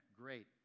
Great